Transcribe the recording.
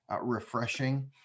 refreshing